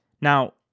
Now